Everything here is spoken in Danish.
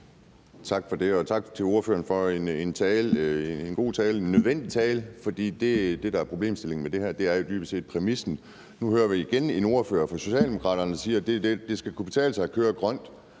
Tak for det. Og tak til ordføreren for en god tale, en nødvendig tale. For det, der er problemstillingen i det her, er jo dybest set præmissen. Nu hører vi igen en ordfører fra Socialdemokraterne sige, at det skal kunne betale sig at køre grønt,